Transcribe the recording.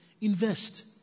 invest